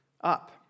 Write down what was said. up